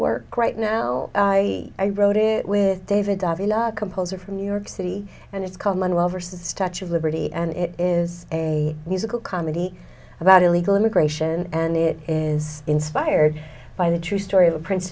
work right now i wrote it with david composer from new york city and it's called manuel vs touch of liberty and it is a musical comedy about illegal immigration and it is inspired by the true story of a prince